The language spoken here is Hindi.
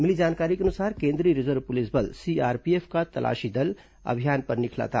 मिली जानकारी के अनुसार केंद्रीय रिजर्व पुलिस बल सीआरपीएफ का दल तलाशी अभियान पर निकला था